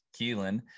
Keelan